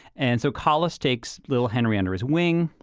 and so collis takes little henry under his wing,